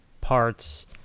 parts